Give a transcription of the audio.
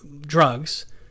drugs